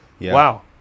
wow